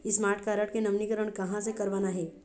Smart card के नवीनीकरण कहां से करवाना हे?